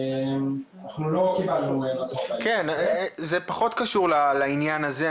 לא קיבלנו בסוף --- זה פחות קשור לעניין הזה.